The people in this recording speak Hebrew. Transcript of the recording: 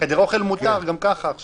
אוכל מותר גם ככה עכשיו.